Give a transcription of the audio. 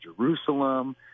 Jerusalem